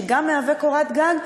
שגם מהווה קורת גג,